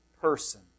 person